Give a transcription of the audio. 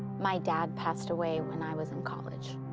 my dad passed away when i was in college.